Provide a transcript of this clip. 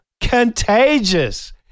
contagious